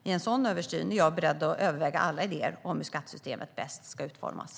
I en sådan översyn är jag beredd att överväga alla idéer om hur skattesystemet bäst ska utformas.